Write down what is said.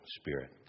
spirit